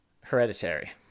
hereditary